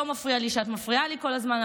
לא מפריע לי שאת מפריעה לי כל הזמן,